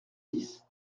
dix